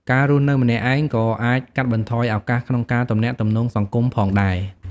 ការរស់នៅម្នាក់ឯងក៏អាចកាត់បន្ថយឱកាសក្នុងការទំនាក់ទំនងសង្គមផងដែរ។